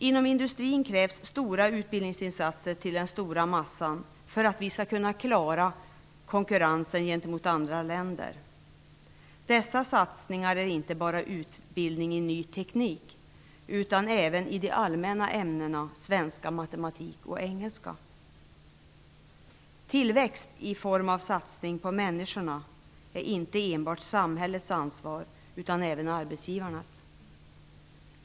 Inom industrin krävs stora utbildningsinsatser till den stora massan för att vi skall kunna klara konkurrensen gentemot andra länder. Dessa satsningar gäller inte bara utbildning i ny teknik utan även i de allmänna ämnena svenska, matematik och engelska. Tillväxt i form av satsningar på människorna är inte enbart samhällets ansvar utan även arbetsgivarnas.